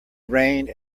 rained